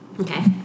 Okay